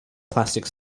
plastic